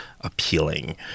appealing